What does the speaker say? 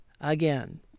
again